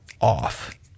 off